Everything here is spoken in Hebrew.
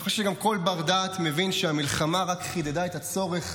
אני חושב גם שכל בר דעת מבין שהמלחמה רק חידדה את הצורך